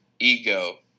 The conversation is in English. ego